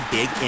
Big